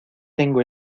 tengo